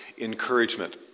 encouragement